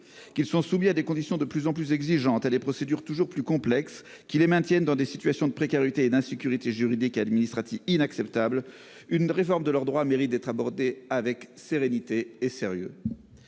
qu'ils sont soumis à des conditions de plus en plus exigeantes et à des procédures toujours plus complexes, qui les maintiennent dans des situations de précarité et d'insécurité juridique et administrative inacceptables, une réforme de ces droits mérite d'être abordée avec sérénité et sérieux.